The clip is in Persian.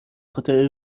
خاطر